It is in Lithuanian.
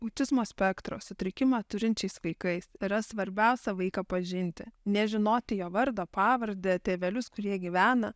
autizmo spektro sutrikimą turinčiais vaikais yra svarbiausia vaiką pažinti nežinoti jo vardą pavardę tėvelius kur jie gyvena